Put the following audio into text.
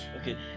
okay